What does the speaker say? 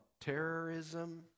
terrorism